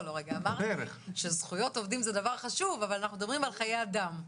אמרתי שזכויות עובדים זה דבר חשוב אבל מדובר פה בחיי אדם.